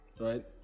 right